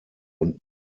und